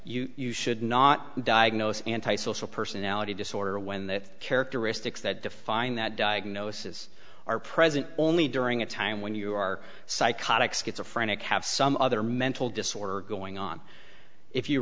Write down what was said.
you should not diagnose antisocial personality disorder when the characteristics that define that diagnosis are present only during a time when you are psychotic schizophrenia have some other mental disorder going on if you